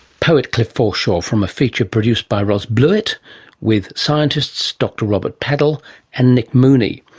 poet cliff forshaw from a feature produced by ros bluett with scientists dr robert paddle and nick mooney.